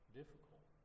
difficult